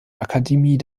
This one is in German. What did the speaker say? akademie